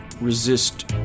resist